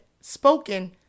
spoken